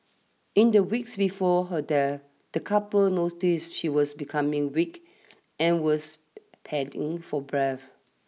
in the weeks before her death the couple noticed she was becoming weak and was panting for breath